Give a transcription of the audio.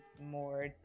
more